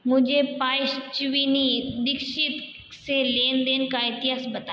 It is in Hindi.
मुझे पाइस्चुविनी दीक्षित से लेनदेन का इतिहस बताएँ